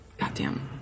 Goddamn